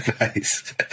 Nice